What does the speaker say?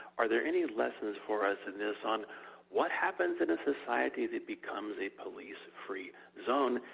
are there any lessons for us in this on what happens in a society that becomes a police free zone,